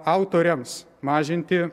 autoriams mažinti